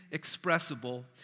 expressible